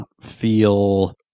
feel